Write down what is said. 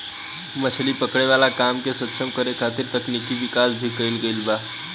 मछली पकड़े वाला काम के सक्षम करे खातिर तकनिकी विकाश भी कईल गईल बा